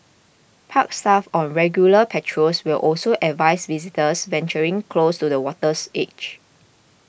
park staff on regular patrols will also advise visitors venturing close to the water's edge